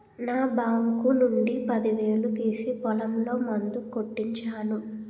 నా బాంకు నుండి పదివేలు తీసి పొలంలో మందు కొట్టించాను